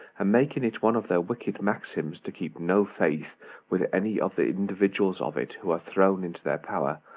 and making it one of their wicked maxims, to keep no faith with any of the individuals of it, who are thrown into their power,